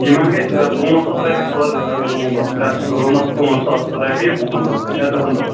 یِمن گژھِ پانٛژھ ساس رۄپیہِ پٔر روٗم حظ پرٛتھ روٗمس پانٛژھ ساس رۄپیہِ وُہن دۄہن یا دَہن دۄہن